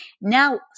Now